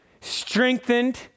strengthened